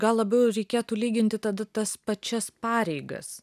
gal labiau reikėtų lyginti tada tas pačias pareigas